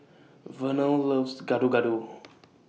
Vernell loves Gado Gado